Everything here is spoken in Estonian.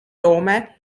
toome